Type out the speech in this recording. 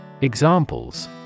Examples